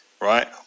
right